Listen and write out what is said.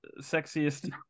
sexiest